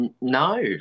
No